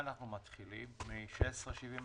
במספר 5 (מבקשי אמונה